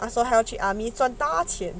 他说还要去 army 赚大钱